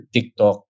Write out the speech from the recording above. TikTok